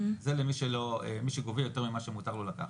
זה למי שגובה יותר ממה שמותר לו לקחת.